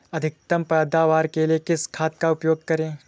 अधिकतम पैदावार के लिए किस खाद का उपयोग करें?